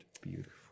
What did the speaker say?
beautiful